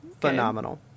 phenomenal